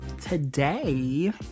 Today